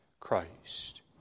Christ